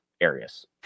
areas